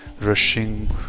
rushing